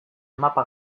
mapa